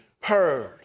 heard